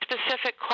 specific